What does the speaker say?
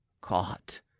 caught